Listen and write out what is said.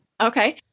Okay